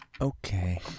Okay